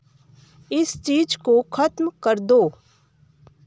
इस चीज़ को खत्म कर दो